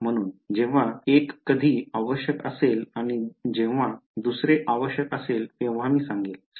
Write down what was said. म्हणून जेव्हा 1 कधी आवश्यक असेल आणि जेव्हा दुसरे आवश्यक असेल तेव्हा मी सांगेन